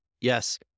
Yes